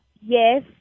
Yes